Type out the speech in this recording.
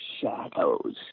shadows